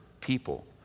people